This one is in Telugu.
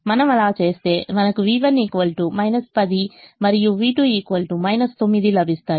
మనం అలా చేస్తే మనకు v1 10 మరియు v2 9 లభిస్తాయి